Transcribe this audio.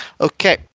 Okay